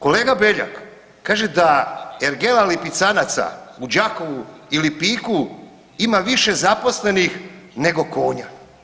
Kolega Beljak kaže da ergela lipicanaca u Đakovu i Lipiku ima više zaposlenih nego konja.